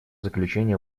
заключение